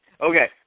Okay